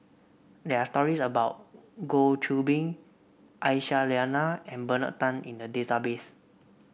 there are stories about Goh Qiu Bin Aisyah Lyana and Bernard Tan in the database